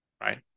right